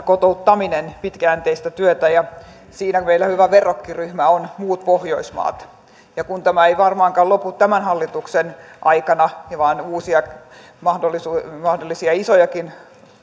kotouttaminen on pitkäjänteistä työtä ja siinä meillä hyvä verrokkiryhmä on muut pohjoismaat kun tämä ei varmaankaan lopu tämän hallituksen aikana vaan uusia mahdollisia isojakin